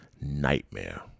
nightmare